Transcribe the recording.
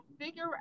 figure